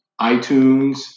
iTunes